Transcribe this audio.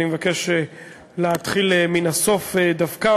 אני מבקש להתחיל מן הסוף דווקא,